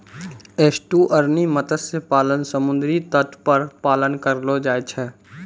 estuarine मत्स्य पालन समुद्री तट पर पालन करलो जाय छै